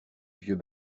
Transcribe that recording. vieux